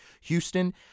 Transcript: Houston